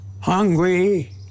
hungry